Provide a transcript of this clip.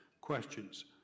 questions